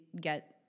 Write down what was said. get